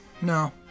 no